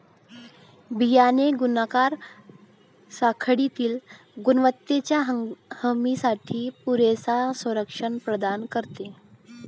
बियाणे गुणाकार साखळीतील गुणवत्तेच्या हमीसाठी पुरेसे संरक्षण प्रदान करते